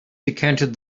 decanted